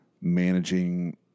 managing